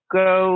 go